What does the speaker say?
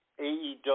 AEW